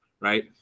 right